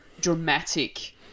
dramatic